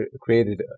created